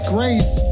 Grace